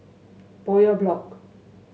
Bowyer Block